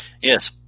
Yes